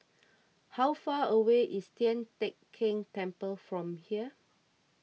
how far away is Tian Teck Keng Temple from here